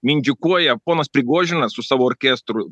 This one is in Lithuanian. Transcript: mindžikuoja ponas prigožinas su savo orkestru